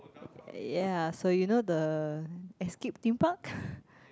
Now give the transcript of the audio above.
ya so you know the Escape-Theme-Park